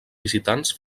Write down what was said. visitants